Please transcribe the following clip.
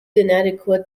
inadequate